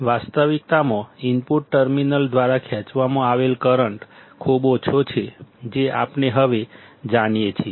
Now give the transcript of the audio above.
વાસ્તવિકતામાં input terminal દ્વારા ખેંચવામાં આવેલો કરંટ ખૂબ જ ઓછો છે જે આપણે હવે જાણીએ છીએ